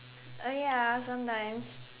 oh ya sometimes